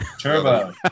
Turbo